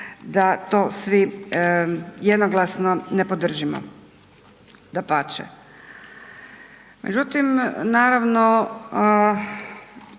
da to svi jednoglasno ne podržimo, dapače.